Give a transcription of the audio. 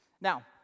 Now